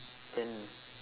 when